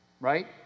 Right